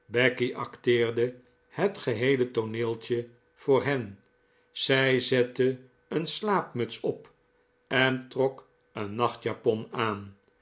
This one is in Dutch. becky acteerde het geheele tooneeltje voor hen zij zette een slaapmuts op en trok een nachtjapon aan